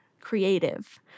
creative